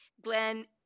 Glenn